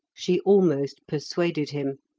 she almost persuaded him.